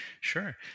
Sure